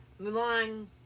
Mulan